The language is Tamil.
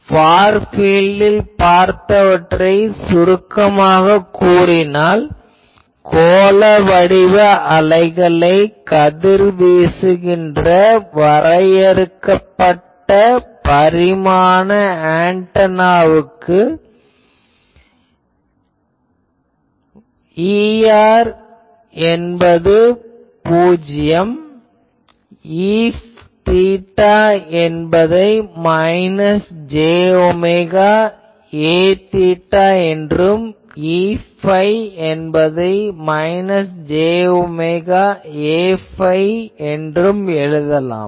ஃபார் பீல்டில் பார்த்தவற்றை சுருக்கமாக கூறினால் கோள வடிவ அலைகளை கதிர்வீசுகின்ற வரையறுக்கப்பட்ட பரிமாண ஆன்டெனாவுக்கு Er என்பது பூஜ்யம் Eθ என்பதை மைனஸ் j ஒமேகா Aθ என்றும் Eϕ என்பதை மைனஸ் j ஒமேகா Aϕ என்றும் எழுதலாம்